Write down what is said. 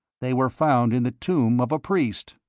they were found in the tomb of a priest.